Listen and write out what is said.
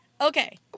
okay